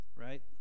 right